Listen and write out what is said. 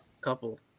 couple